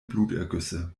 blutergüsse